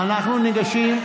אנחנו ניגשים,